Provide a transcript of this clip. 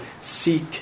seek